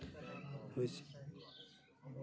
ᱵᱩᱡᱽ